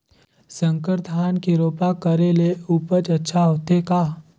संकर धान के रोपा करे ले उपज अच्छा होथे का?